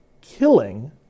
killing